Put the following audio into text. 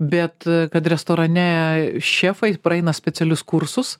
bet kad restorane šefai praeina specialius kursus